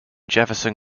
jefferson